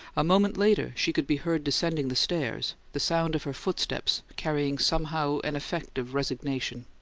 a moment later she could be heard descending the stairs, the sound of her footsteps carrying somehow an effect of resignation.